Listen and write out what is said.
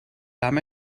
darm